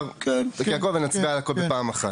תקריא הכול ונצביע על הכול בפעם אחת.